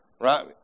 right